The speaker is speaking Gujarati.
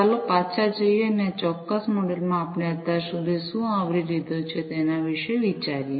ચાલો પાછા જઈએ અને આ ચોક્કસ મોડ્યુલમાં આપણે અત્યાર સુધી શું આવરી લીધું છે તેના વિશે વિચારીએ